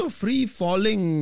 free-falling